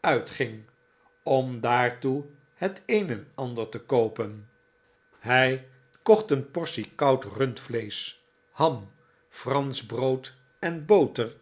uitging om daartoe het een en ander te koopen bezoek van mark tapley hij kocht een portie koud rundvleesch ham fransch brood en boter